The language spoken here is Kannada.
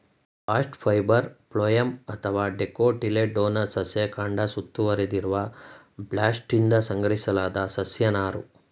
ಬಾಸ್ಟ್ ಫೈಬರ್ ಫ್ಲೋಯಮ್ ಅಥವಾ ಡೈಕೋಟಿಲೆಡೋನಸ್ ಸಸ್ಯ ಕಾಂಡ ಸುತ್ತುವರೆದಿರುವ ಬಾಸ್ಟ್ನಿಂದ ಸಂಗ್ರಹಿಸಲಾದ ಸಸ್ಯ ನಾರು